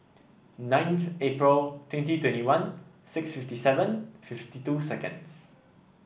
ninth April twenty twenty one six fifty seven fifty two seconds